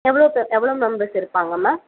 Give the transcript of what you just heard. எவ்வளோ பேர் எவ்வளோ மெம்பர்ஸ் இருப்பாங்க மா